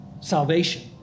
Salvation